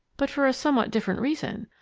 but for a somewhat different reason.